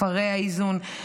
כפרי האיזון,